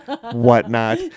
whatnot